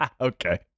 Okay